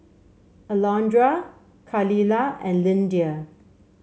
Alondra Khalilah and Lyndia